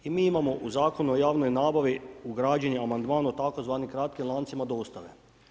Mi imamo u Zakonu o javnoj nabavi, ugrađen amandman o tzv. kratim lancima dostave.